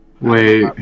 Wait